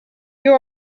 you